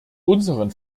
unseren